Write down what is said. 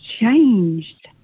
changed